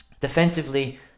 defensively